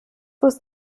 was